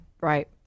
Right